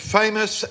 famous